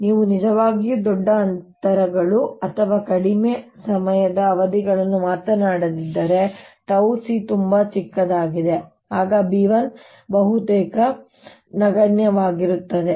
ಆದ್ದರಿಂದ ನೀವು ನಿಜವಾಗಿಯೂ ದೊಡ್ಡ ಅಂತರಗಳು ಅಥವಾ ಕಡಿಮೆ ಸಮಯದ ಅವಧಿಗಳನ್ನು ಮಾತನಾಡದಿದ್ದರೆ 𝜏 c ತುಂಬಾ ಚಿಕ್ಕದಾಗಿದೆ ಆಗ B₁ ಬಹುತೇಕ ನಗಣ್ಯವಾಗಿರುತ್ತದೆ